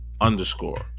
underscore